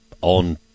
on